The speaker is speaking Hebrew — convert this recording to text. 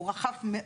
הוא רחב מאוד,